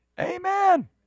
Amen